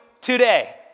today